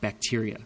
bacteria